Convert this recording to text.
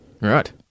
Right